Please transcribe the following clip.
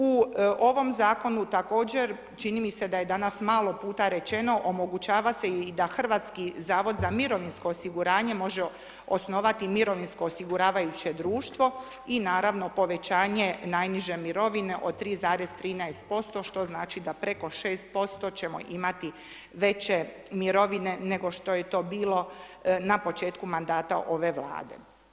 U ovim zakonu, također, čini mi se da je danas malo puta rečeno omogućava se i da Hrvatski zavod za mirovinsko osiguranje može osnovati mirovinsko osiguravajuće društvo i naravno povećanje najniže mirovine od 3,13% što znači da preko 6% ćemo imati veće mirovine nego što je to bilo na početku mandata ove vlade.